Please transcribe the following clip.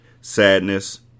sadness